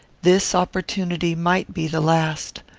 this opportunity might be the last.